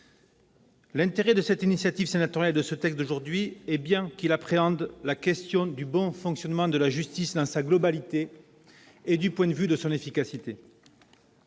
L'intérêt de l'initiative sénatoriale que nous examinons aujourd'hui est d'appréhender la question du bon fonctionnement de la justice dans sa globalité et du point de vue de son efficacité.